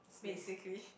basically